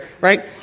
right